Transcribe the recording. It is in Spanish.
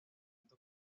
alto